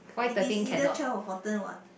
it is either twelve or fourteen what